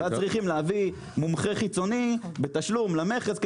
ואז צריך להביא מומחה חיצוני בתשלום למכס,